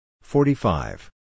forty-five